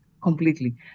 completely